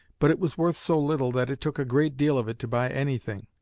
but it was worth so little that it took a great deal of it to buy anything.